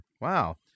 Wow